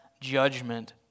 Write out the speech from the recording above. judgment